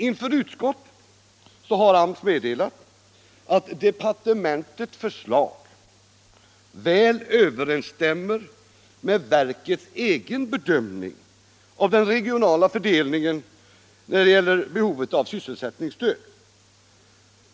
Inför utskottet har AMS meddelat att departementets förslag väl överensstämmer med verkets egen bedömning av den regionala fördelningen när det gäller behovet av sysselsättningsstöd.